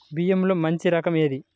బియ్యంలో మంచి రకం ఏది?